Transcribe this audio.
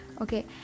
Okay